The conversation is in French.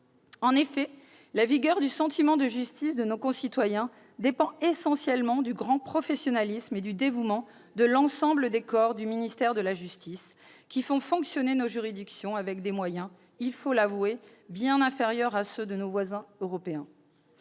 ». La vigueur du sentiment de justice de nos concitoyens dépend en effet essentiellement du grand professionnalisme et du dévouement de l'ensemble des corps du ministère de la justice, lesquels font fonctionner nos juridictions avec des moyens, il faut l'avouer, bien inférieurs à ceux de nos voisins européens.